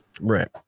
Right